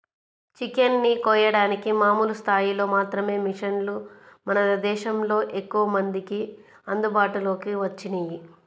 chicken ని కోయడానికి మామూలు స్థాయిలో మాత్రమే మిషన్లు మన దేశంలో ఎక్కువమందికి అందుబాటులోకి వచ్చినియ్యి